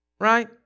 Right